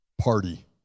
party